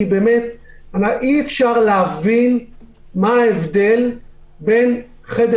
כי באמת אי-אפשר להבין מה ההבדל בין חדר